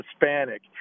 Hispanic